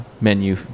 menu